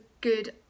good